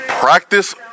Practice